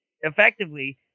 effectively